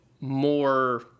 more